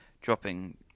dropping